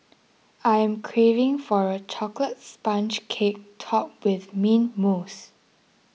I am craving for a Chocolate Sponge Cake Topped with Mint Mousse